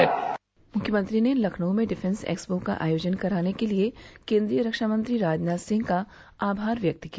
मुख्यमंत्री ने लखनऊ में डिफेंस एक्सपो का आयोजन कराने के लिये केन्द्रीय रक्षामंत्री राजनाथ सिंह का आभार व्यक्त किया